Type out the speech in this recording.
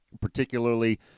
particularly